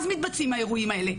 אז מתבצעים האירועים האלה.